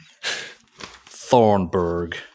Thornburg